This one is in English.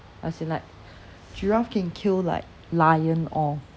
as in like giraffe can kill like lion all